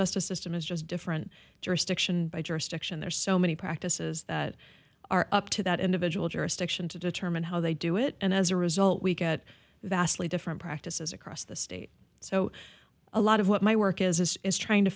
justice system is just different jurisdiction by jurisdiction there are so many practices that are up to that individual jurisdiction to determine how they do it and as a result we get the astley different practices across the state so a lot of what my work is is is trying to